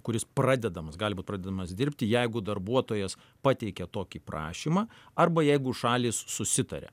kuris pradedamas gali būt pradėdamas dirbti jeigu darbuotojas pateikia tokį prašymą arba jeigu šalys susitaria